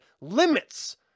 limits